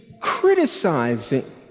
criticizing